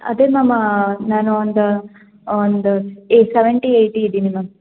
ಅದೇ ಮ್ಯಾಮ್ ನಾನು ಒಂದು ಒಂದು ಸೆವೆಂಟಿ ಏಯ್ಟಿ ಇದ್ದೀನಿ ಮ್ಯಾಮ್